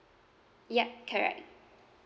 ya correct